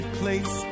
place